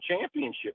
championship